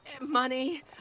Money